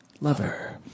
Lover